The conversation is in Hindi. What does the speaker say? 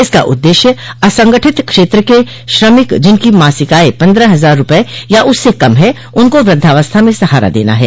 इसका उददेश्य असंगठित क्षेत्र के श्रमिक जिनकी मासिक आय पन्द्रह हज़ार रूपये या उससे कम है उनको वृद्धावस्था में सहारा देना है